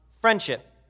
friendship